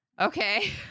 okay